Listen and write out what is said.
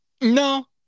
No